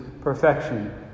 perfection